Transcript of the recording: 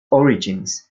origins